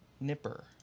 Nipper